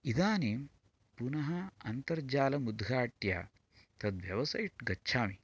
इदानीं पुनः अन्तर्जालम् उद्घाट्य तद् वेब्सैट् गच्छामि